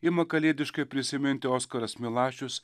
ima kalėdiškai prisiminti oskaras milašius